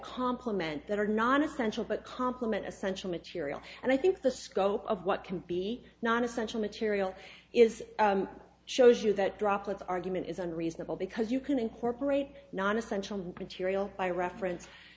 compliment that are non essential but complement essential material and i think the scope of what can be non essential material is shows you that droplets argument is unreasonable because you can incorporate non essential material by reference